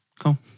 Cool